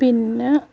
പിന്നെ